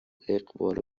اقبال